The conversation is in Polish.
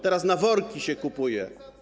Teraz na worki się kupuje.